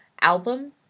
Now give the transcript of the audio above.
album